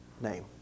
name